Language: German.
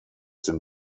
den